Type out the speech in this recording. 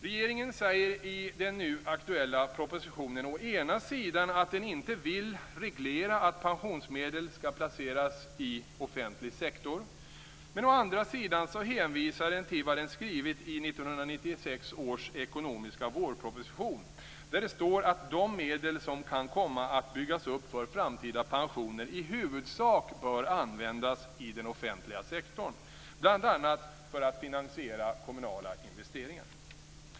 Regeringen säger i den nu aktuella propositionen å ena sidan att den inte vill reglera att pensionsmedel skall placeras i offentlig sektor, men å andra sidan hänvisar den till vad den skrivit i 1996 års ekonomiska vårproposition. Där står det att de medel som kan komma att byggas upp för framtida pensioner i huvudsak bör användas i den offentliga sektorn, bl.a. för att finansiera kommunala investeringar.